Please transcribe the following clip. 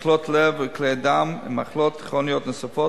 מחלות לב וכלי דם ומחלות כרוניות נוספות